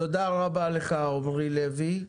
תודה רבה לך, עמרי לוי.